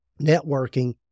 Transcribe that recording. networking